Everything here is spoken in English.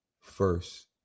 first